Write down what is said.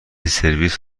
سرویس